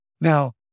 Now